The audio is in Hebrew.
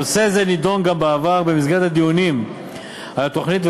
נושא זה נדון גם בעבר במסגרת הדיונים על התוכנית,